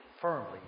firmly